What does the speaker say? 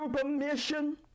permission